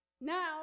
Now